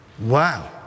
wow